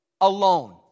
Alone